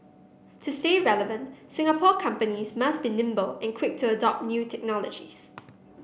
to stay relevant Singapore companies must be nimble and quick to adopt new technologies